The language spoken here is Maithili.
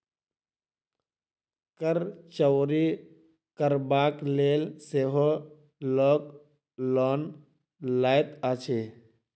कर चोरि करबाक लेल सेहो लोक लोन लैत अछि